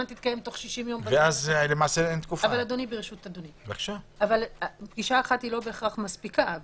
תתקיים תוך 60 יום- -- אבל פגישה אחת לא בהכרח מספיקה.